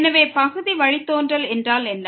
எனவே பகுதி வழித்தோன்றல் என்றால் என்ன